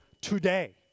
today